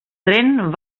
tren